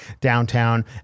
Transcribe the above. downtown